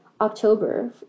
October